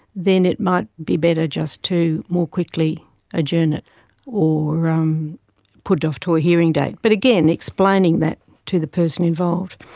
then it might be better just to more quickly adjourn it or um put it off to a hearing date, but again, explaining that to the person involved.